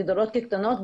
גדולות כקטנות,